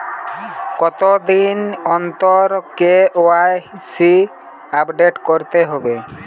কতদিন অন্তর KYC update করতে হবে?